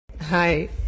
hi